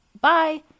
bye